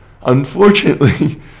Unfortunately